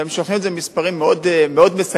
הם שולחים את זה ממספרים מאוד מסקרנים,